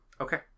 Okay